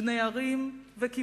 בני ערים וקיבוצים,